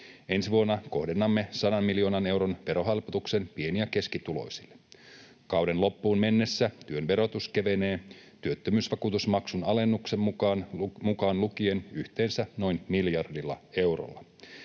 Ensi vuonna kohdennamme 100 miljoonan euron verohelpotuksen pieni- ja keskituloisille. Kauden loppuun mennessä työn verotus kevenee työttömyysvakuutusmaksun alennus mukaan lukien yhteensä noin miljardilla eurolla.